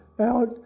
out